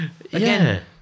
Again